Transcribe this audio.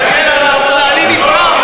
מפרגן על, מהלך